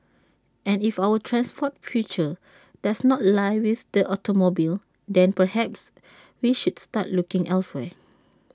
and if our transport future does not lie with the automobile then perhaps we should start looking elsewhere